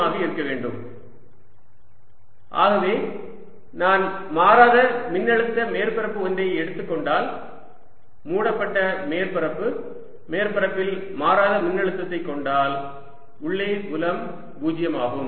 dS V2dV0 or V0 ஆகவே நான் மாறாத மின்னழுத்த மேற்பரப்பு ஒன்றை எடுத்துக் கொண்டால் மூடப்பட்ட மேற்பரப்பு மேற்பரப்பில் மாறாத மின்னழுத்தத்தை கொண்டால் உள்ளே புலம் 0 ஆகும்